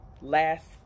Last